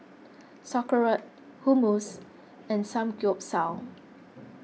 Sauerkraut Hummus and Samgeyopsal